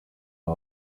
ngo